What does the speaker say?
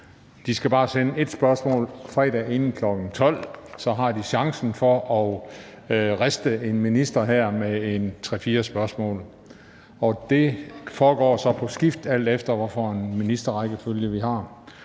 De skal bare sende et spørgsmål fredag inden kl. 12.00. Så har de chancen for at riste en minister her med tre-fire spørgsmål. Det foregår så på skift, alt efter hvilken ministerrækkefølge vi har.